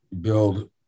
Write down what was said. build